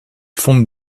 fonte